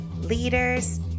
leaders